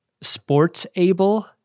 sports-able